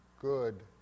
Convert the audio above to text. good